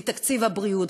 מתקציב הבריאות.